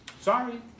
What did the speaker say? Sorry